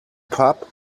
pup